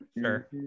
Sure